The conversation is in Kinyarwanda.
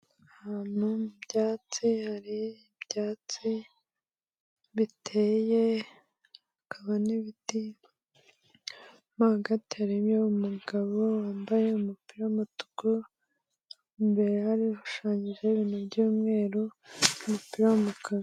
Ahantu mu byatsi hari ibyatsi biteye, hakaba n'ibiti mo hagati harimo umugabo wambaye umupira w'umutuku, imbere hashushanyije ibintu by'umweru n'umupira w'umakara.